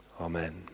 Amen